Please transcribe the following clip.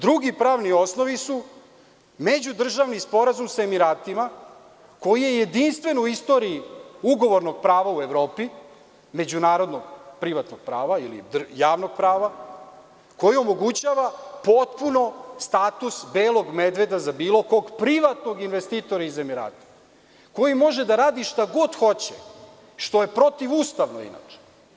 Drugi pravni osnovi su međudržavni sporazum sa Emiratima koji je jedinstven u istoriji ugovornog prava u Evropi, međunarodno-privatnog prava ili javnog prava, koji omogućava potpuno status belog medveda za bilo kog privatnog investitora iz Emirata, koji može da radi šta god hoće, što je protivustavno inače.